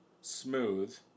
smooth